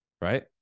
right